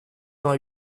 vingt